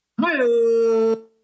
Hello